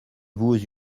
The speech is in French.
vous